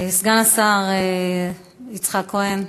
סגן שר האוצר יצחק כהן,